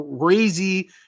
crazy